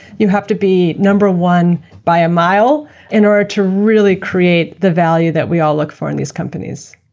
you have to be number one by a mile in order to really create the value that we all look for in these companies.